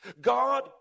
God